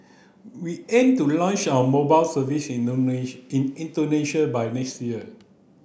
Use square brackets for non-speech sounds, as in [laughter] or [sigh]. we aim to launch our mobile service in [unintelligible] Indonesia by next year